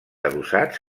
adossats